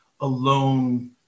alone